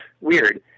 weird